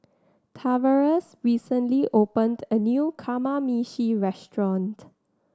Tavares recently opened a new Kamameshi Restaurant